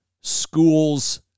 schools